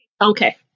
okay